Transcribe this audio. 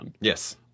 Yes